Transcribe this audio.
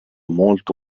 molto